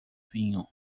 vinho